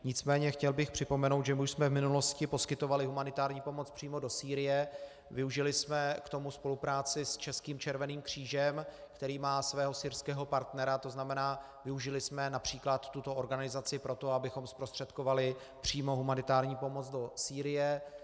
Nicméně chtěl bych připomenout, že my už jsme v minulosti poskytovali humanitární pomoc přímo do Sýrie, využili jsme k tomu spolupráci s Českým červeným křížem, který má svého syrského partnera, tzn. využili jsme např. tuto organizaci pro to, abychom zprostředkovali přímo humanitární pomoc do Sýrie.